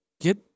get